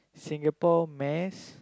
Singapore mass